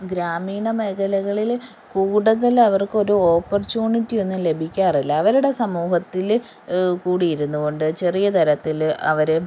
ഗ്രാമീണ മേഖലകളിൽ കൂടുതൽ അവർക്കൊരു ഓപ്പർച്യുണിറ്റി ഒന്നും ലഭിക്കാറില്ല അവരുടെ സമൂഹത്തിൽ കൂടി ഇരുന്നു കൊണ്ട് ചെറിയ തരത്തിൽ അവർ